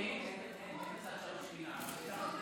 אבל מיכאל, אתה לא אומר